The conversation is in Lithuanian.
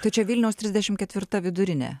tai čia vilniaus trisdešim ketvirta vidurinė